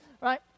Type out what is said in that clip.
right